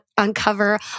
uncover